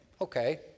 okay